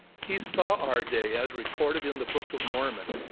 he saw our day as recorded in the book of mormon.